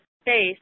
space